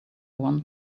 one